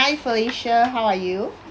hi felicia how are you